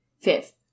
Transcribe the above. fifth